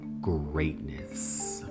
greatness